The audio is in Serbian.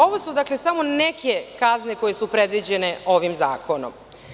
Ovo su dakle samo neke kazne koje su predviđene ovim zakonom.